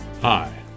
Hi